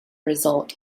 result